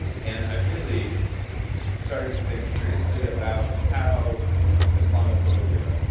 and i really started to think seriously about how islamophobia